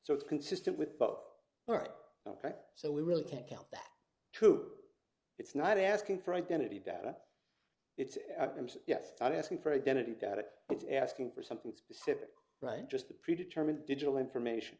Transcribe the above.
so it's consistent with both worked ok so we really can't count that two it's not asking for identity data it's yes and asking for identity doubt if it's asking for something specific right just the pre determined digital information